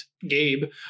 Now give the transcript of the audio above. gabe